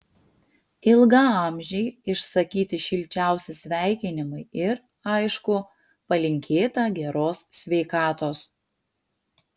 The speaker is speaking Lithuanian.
ilgaamžei išsakyti šilčiausi sveikinimai ir aišku palinkėta geros sveikatos